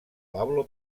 pablo